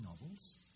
novels